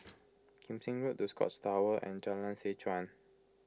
Kim Seng Road the Scotts Tower and Jalan Seh Chuan